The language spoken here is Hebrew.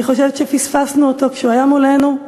אני חושבת שפספסנו אותו כשהוא היה מולנו,